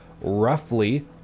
Roughly